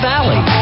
Valley